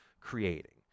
creating